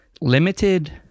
limited